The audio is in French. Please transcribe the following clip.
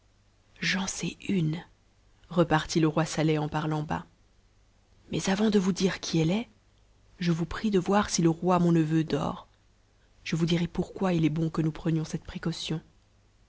j'en sais une repartit le roi saleh en parlant bas mais avant de vous dire qui elle est je vous prie de voir si le roi mon neveu dort je vous dirai pourquoi il est bon que nous prenionscette précaution